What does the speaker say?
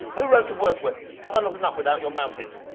who wrote to wordsworth, have i not enough without your mountains?